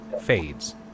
fades